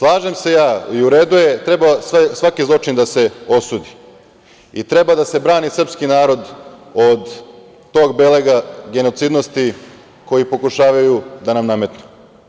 Slažem se ja i u redu je, treba svaki zločin da se osudi i treba da se brani srpski narod od tog belega genocidnosti koji pokušavaju da nam nametnu.